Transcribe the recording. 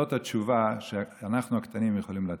זאת התשובה שאנחנו הקטנים יכולים לתת.